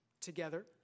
together